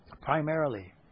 primarily